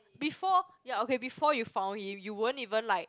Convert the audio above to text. before ya okay before you found him you wouldn't even like